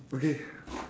okay